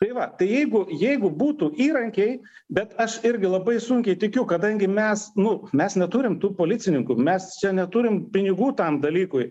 tai va tai jeigu jeigu būtų įrankiai bet aš irgi labai sunkiai tikiu kadangi mes nu mes neturim tų policininkų mes čia neturim pinigų tam dalykui